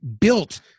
built